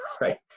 right